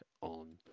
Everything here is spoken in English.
on